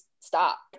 stop